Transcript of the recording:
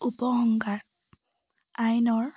উপসংহাৰ আইনৰ